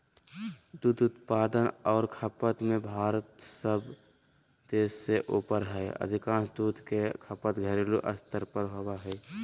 दूध उत्पादन आर खपत में भारत सब देश से ऊपर हई अधिकांश दूध के खपत घरेलू स्तर पर होवई हई